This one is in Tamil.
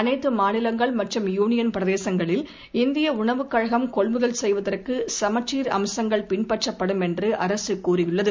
அனைத்து மாநிலங்கள் மற்றும் யூளியன் பிரதேசங்களில் இந்திய உணவுக் கழகம் கொள்முதல் செய்வதற்கு சமக்சீர் அம்சங்கள் பின்பற்றப்படும் என்று அரசு தெரிவித்துள்ளது